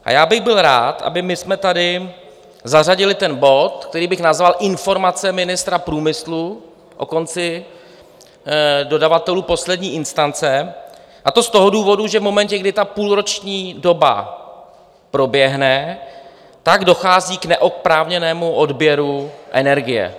A já bych byl rád, abychom my tady zařadili bod, který bych nazval Informace ministra průmyslu o konci dodavatelů poslední instance, a to z toho důvodu, že v momentě, kdy ta půlroční doba proběhne, dochází k neoprávněnému odběru energie.